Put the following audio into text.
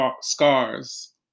scars